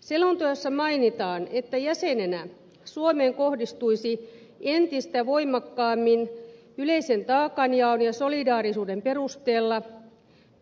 selonteossa mainitaan että jäsenenä suomeen kohdistuisi entistä voimakkaammin yleisen taakanjaon ja solidaarisuuden perusteella